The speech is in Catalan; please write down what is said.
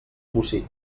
bocí